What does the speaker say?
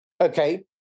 Okay